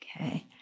Okay